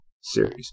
series